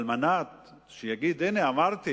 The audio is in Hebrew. על מנת שיגיד: הנה, אמרתי